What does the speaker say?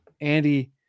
Andy